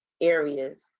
areas